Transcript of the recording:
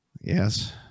Yes